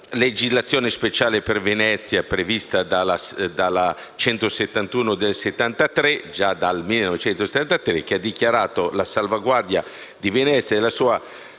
legislazione speciale per Venezia prevista dalla legge n. 171 del 1973, che ha dichiarato la salvaguardia di Venezia e della sua